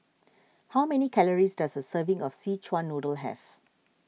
how many calories does a serving of Szechuan Noodle have